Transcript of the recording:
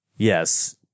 Yes